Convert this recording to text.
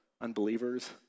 unbelievers